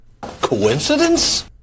Coincidence